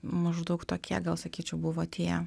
maždaug tokie gal sakyčiau buvo tie